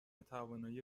توانایی